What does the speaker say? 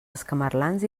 escamarlans